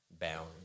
bound